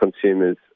consumers